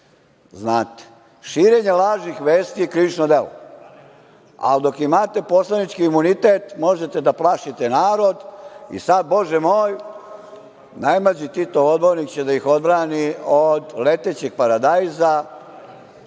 nije. Širenje lažnih vesti je krivično delo. Ali, dok imate poslanički imunitet, možete da plašite narod. I sad, bože moj, najmlađi Titov odbornik će da ih odbrani od letećeg paradajza